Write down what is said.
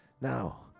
Now